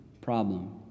problem